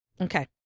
Okay